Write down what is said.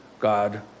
God